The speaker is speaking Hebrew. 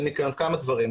ניקיון כמה דברים.